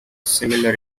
similar